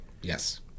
Yes